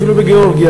אפילו בגאורגיה.